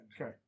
okay